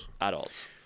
adults